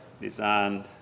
designed